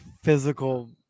physical